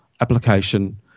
application